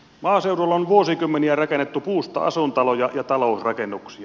maaseudulla on vuosikymmeniä rakennettu puusta asuintaloja ja talousrakennuksia